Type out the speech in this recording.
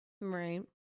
Right